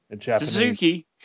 Suzuki